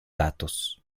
datos